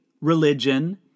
religion